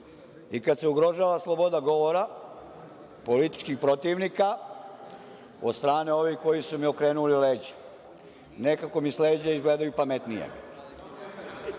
i kada se ugrožava sloboda govora političkih protivnika od strane ovih koji su mi okrenuli leđa. Nekako mi s leđa izgledaju pametnije.